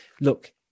look